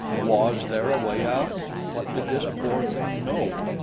was there a way out? what did this poor thing know?